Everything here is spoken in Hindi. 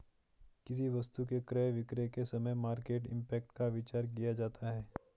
किसी वस्तु के क्रय विक्रय के समय मार्केट इंपैक्ट का विचार किया जाता है